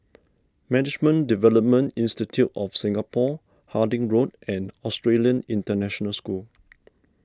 Management Development Institute of Singapore Harding Road and Australian International School